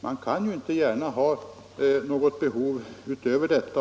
Man kan inte gärna ha något behov utöver detta.